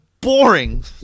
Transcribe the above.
boring